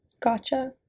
Gotcha